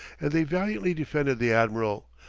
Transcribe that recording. and they valiantly defended the admiral,